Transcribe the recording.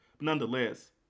Nonetheless